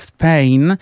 Spain